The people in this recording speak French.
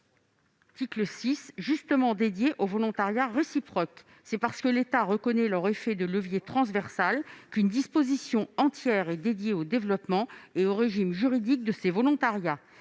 qui a justement pour objet les volontariats réciproques. C'est parce que l'État reconnaît leur effet de levier transversal qu'une disposition entière est consacrée au développement et au régime juridique de ces volontariats.